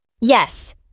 Yes